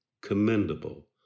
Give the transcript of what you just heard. commendable